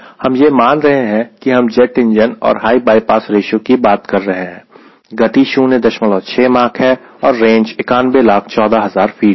हम यह मान रहे हैं कि हम जेट इंजन और हाई बायपास रेशियो की बात कर रहे हैं गति 06 माक है और रेंज 9114000 फीट है